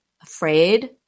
afraid